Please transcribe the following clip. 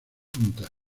punta